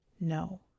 No